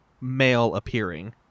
male-appearing